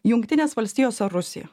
jungtinės valstijos ar rusija